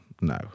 no